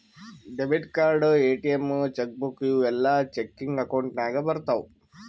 debit card, ATM, cheque book ಇವೂ ಎಲ್ಲಾ checking account ನಾಗ್ ಬರ್ತಾವ್